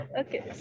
okay